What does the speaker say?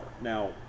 Now